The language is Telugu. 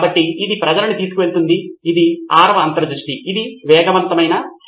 కాబట్టి ఇతర సమస్యలు మీరు ఆ మార్గం చుట్టూ మరేదైనా సమస్య ఊహించగలరా అవును కాబట్టి ఇది మీరు భావించే సమస్యగా దారి తీయగలదా